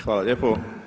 Hvala lijepo.